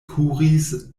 kuris